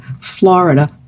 Florida